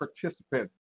participants